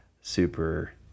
super